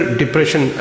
depression